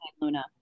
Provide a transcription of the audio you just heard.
Luna